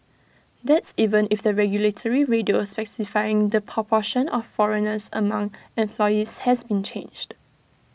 that's even if the regulatory ratio specifying the proportion of foreigners among employees has been changed